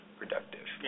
productive